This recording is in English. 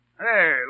Hey